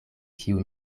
kiu